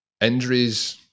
injuries